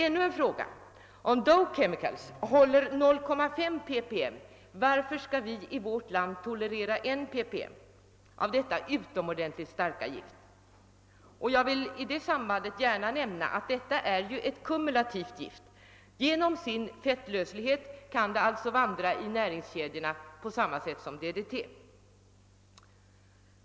Ännu en fråga: Om Dow Chemicals håller 0,5 ppm, varför skall vi i vårt land då tolerera 1 ppm av detta utomordentligt starka gift? Jag vill i det sambandet gärna nämna att detta är ett kumulativt gift. Genom sin fettlöslighet kan det vandra i näringskedjorna på samma sätt som DDT.